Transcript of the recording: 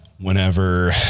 whenever